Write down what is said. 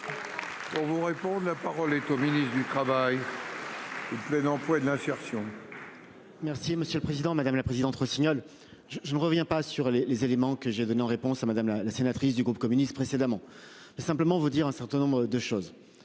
On vous répondre. La parole est au ministre du Travail. Il plaide emploi de l'insertion. Merci monsieur le président, madame la présidente Rossignol. Je ne reviens pas sur les les éléments que j'ai donné en réponse à Madame. La sénatrice du groupe communiste précédemment. Simplement vous dire un certain nombre de choses.